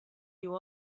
you